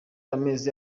amezi